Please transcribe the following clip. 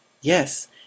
yes